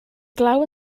glaw